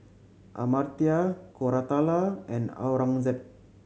Amartya Koratala and Aurangzeb